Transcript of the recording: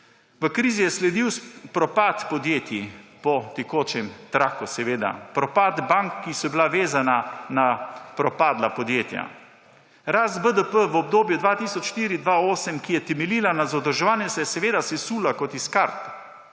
V krizi je sledil propad podjetij po tekočem traku, propad bank, ki so bile vezane na propadla podjetja. Rasti BDP v obdobju 2004–2008, ki je temeljila na zadolževanju in se je seveda sesula kot iz kart,